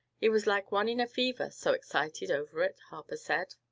he was like one in a fever, so excited over it, harper said.